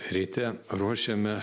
ryte ruošėme